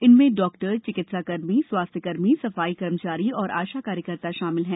इनमें डॉक्टर चिकित्साकर्मी स्वास्थ्यकर्मी सफाई कर्मचारी और आशा कार्यकर्ता शामिल है